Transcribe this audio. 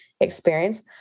experience